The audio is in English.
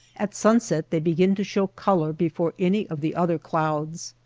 at sunset they begin to show color before any of the other clouds.